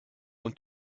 und